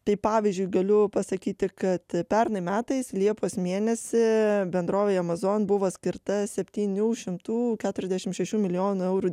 tai pavyzdžiui galiu pasakyti kad pernai metais liepos mėnesį bendrovei amazon buvo skirta septynių šimtų keturiasdešimt šešių milijonų eurų